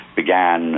began